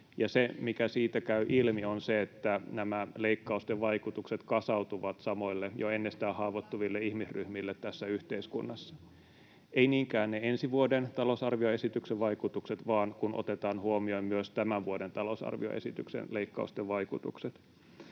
Se, mikä siitä käy ilmi, on se, että nämä leikkausten vaikutukset kasautuvat samoille, jo ennestään haavoittuville ihmisryhmille tässä yhteiskunnassa — ei niinkään ne ensi vuoden talousarvioesityksen vaikutukset, vaan kun otetaan huomioon myös tämän vuoden talousarvioesityksen leikkausten vaikutukset.